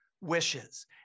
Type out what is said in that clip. wishes